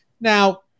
Now